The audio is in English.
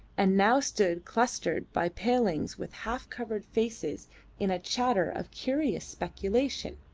and now stood clustered by palings with half-covered faces in a chatter of curious speculation.